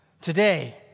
Today